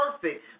perfect